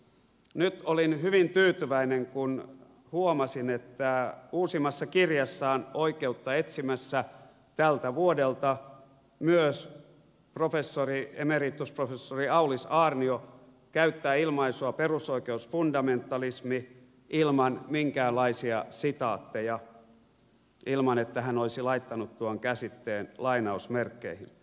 nyt olin hyvin tyytyväinen kun huomasin että uusimmassa kirjassaan oikeutta etsimässä tältä vuodelta myös emeritusprofessori aulis aarnio käyttää ilmaisua perusoikeusfundamentalismi ilman minkäänlaisia sitaatteja ilman että hän olisi laittanut tuon käsitteen lainausmerkkeihin